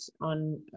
on